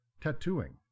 tattooing